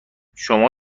شما